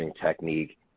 technique